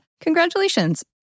Congratulations